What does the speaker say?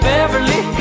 Beverly